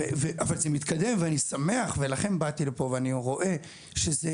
אבל זה מתקדם ואני שמח ולכן באתי לפה ואני רואה שזה,